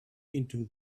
into